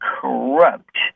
corrupt